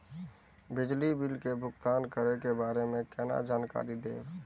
बिजली बिल के भुगतान करै के बारे में केना जानकारी देब?